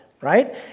right